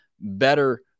better